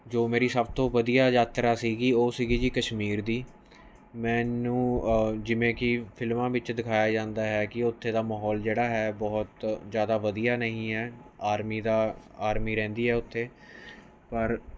ਜੋ ਮੇਰੀ ਸਭ ਤੋਂ ਵਧੀਆ ਯਾਤਰਾ ਸੀ ਉਹ ਸੀਗੀ ਜੀ ਕਸ਼ਮੀਰ ਦੀ ਮੈਨੂੰ ਜਿਵੇਂ ਕੀ ਫਿਲਮਾਂ ਵਿੱਚ ਦਿਖਾਇਆ ਜਾਂਦਾ ਹੈ ਕੀ ਉੱਥੇ ਦਾ ਮਾਹੌਲ ਜਿਹੜਾ ਹੈ ਬਹੁਤ ਜਿਆਦਾ ਵਧੀਆ ਨਹੀਂ ਹੈ ਆਰਮੀ ਦਾ ਆਰਮੀ ਰਹਿੰਦੀ ਹੈ ਉੱਥੇ ਪਰ